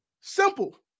simple